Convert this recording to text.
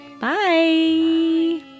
bye